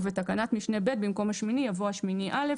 ובתקנת משנה (ב) במקום "השמיני" יבוא "השמיני - א",